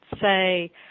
say